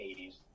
80s